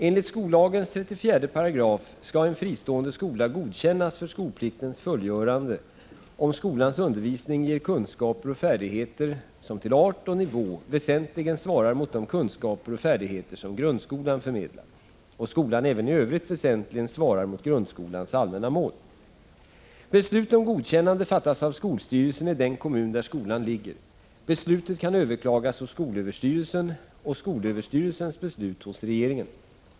Enligt 34 § skollagen skall en fristående skola godkännas för skolpliktens fullgörande om skolans undervisning ger kunskaper och färdigheter som till art och nivå väsentligen svarar mot de kunskaper och färdigheter som grundskolan förmedlar, och skolan även i övrigt väsentligen svarar mot grundskolans allmänna mål. Beslut om godkännande fattas av skolstyrelsen i den kommun där skolan ligger. Beslutet kan överklagas hos skolöverstyrelsen , och SÖ:s beslut hos regeringen.